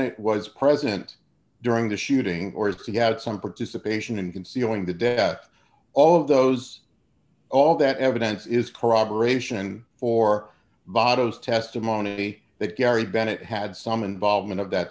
tt was present during the shooting or if he had some participation in concealing the death all of those all that evidence is corroboration for bottles testimony that gary bennett had some involvement of that